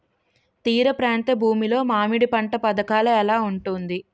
తీర ప్రాంత భూమి లో మామిడి పంట పథకాల ఎలా ఉంటుంది?